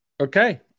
Okay